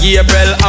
Gabriel